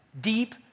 deep